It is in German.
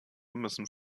müssen